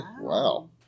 Wow